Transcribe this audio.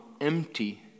empty